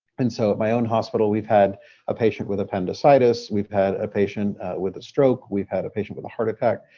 and so at my own hospital, we've had a patient with appendicitis, we've had a patient with a stroke we've had a patient with a heart attack,